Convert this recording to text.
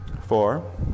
Four